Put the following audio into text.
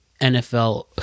NFL